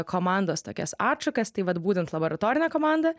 komandos tokias atšakas tai vat būtent laboratorinė komanda